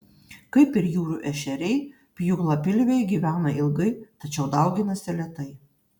kaip ir jūrų ešeriai pjūklapilviai gyvena ilgai tačiau dauginasi lėtai